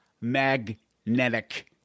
Magnetic